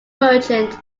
merchant